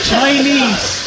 Chinese